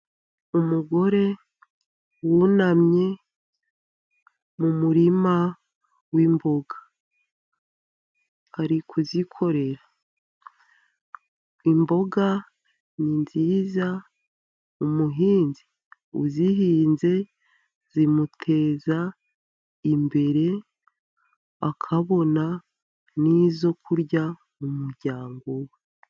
Umugore wunamye mu murima w'imboga ari kuzikorera, imboga ni nziza umuhinzi uzihinze zimuteza imbere akabona n'izo kurya mu muryango we.